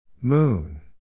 Moon